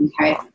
okay